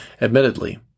Admittedly